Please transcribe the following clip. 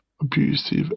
abusive